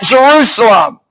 Jerusalem